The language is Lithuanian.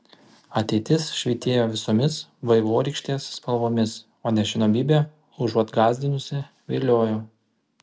ateitis švytėjo visomis vaivorykštės spalvomis o nežinomybė užuot gąsdinusi viliojo